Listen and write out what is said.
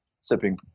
sipping